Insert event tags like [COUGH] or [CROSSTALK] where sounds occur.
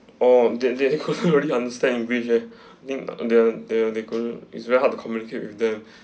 oh they they [LAUGHS] couldn't really understand english ah I think they they couldn't it's very hard to communicate with them